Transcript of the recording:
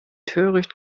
töricht